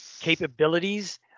capabilities